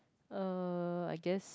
uh I guess